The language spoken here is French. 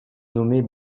nommés